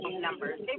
numbers